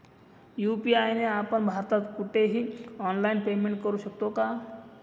UPI ने आपण भारतात कुठेही ऑनलाईन पेमेंट करु शकतो का?